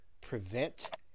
prevent